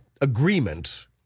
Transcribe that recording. agreement